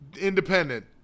independent